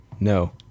No